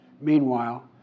Meanwhile